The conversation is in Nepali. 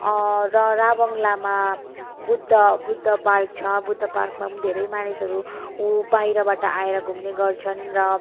र राभाङ्लामा बुद्ध बुद्ध पार्क छ बुद्ध पार्कमा पनि धेरै मानिसहरू उ बाहिरबाट आएर घुम्ने गर्छन् र